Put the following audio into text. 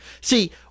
See